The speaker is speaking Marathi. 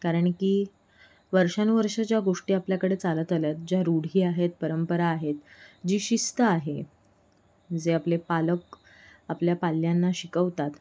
कारण की वर्षानुवर्षं ज्या गोष्टी आपल्याकडे चालत आल्यात ज्या रूढी आहेत परंपरा आहेत जी शिस्त आहे जे आपले पालक आपल्या पाल्यांना शिकवतात